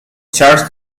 charles